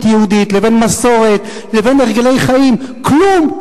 יהודית לבין מסורת לבין הרגלי חיים כלום,